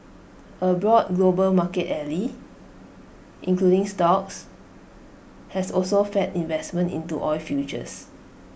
A broad global market rally including stocks has also fed investment into oil futures